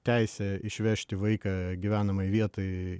teisė išvežti vaiką gyvenamajai vietai